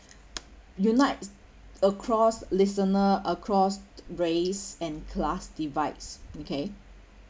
unites across listener across race and class divides okay